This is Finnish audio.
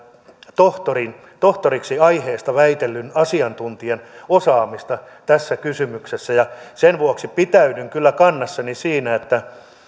tohtoriksi tohtoriksi aiheesta väitelleen asiantuntijan osaamista tässä kysymyksessä ja sen vuoksi pitäydyn kyllä kannassani siinä että